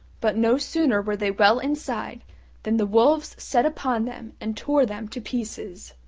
but no sooner were they well inside than the wolves set upon them and tore them to pieces.